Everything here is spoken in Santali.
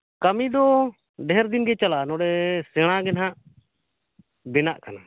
ᱠᱟᱹᱢᱤ ᱫᱚ ᱰᱷᱮᱨ ᱫᱤᱱ ᱜᱮ ᱪᱟᱞᱟᱜᱼᱟ ᱱᱚᱸᱰᱮ ᱥᱮᱬᱟ ᱜᱮ ᱱᱟᱦᱟᱜ ᱵᱮᱱᱟ ᱠᱟᱱᱟ